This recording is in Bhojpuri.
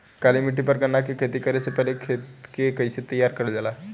काली मिट्टी पर गन्ना के खेती करे से पहले खेत के कइसे तैयार करल जाला?